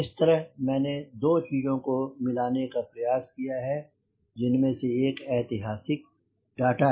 इस तरह मैंने दो चीजों को मिलाने का प्रयास किया है जिनमे से एक है ऐतिहासिक डाटा